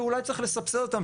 ואולי צריך לסבסד אותן,